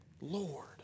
Lord